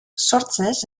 sortzez